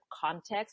context